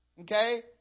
Okay